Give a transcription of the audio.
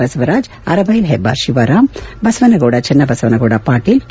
Basavaraj Arabail Hebbar Shivaram Basanagouda Channabasanagouda Patil K